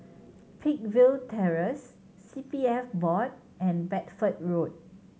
Peakville Terrace C P F Board and Bedford Road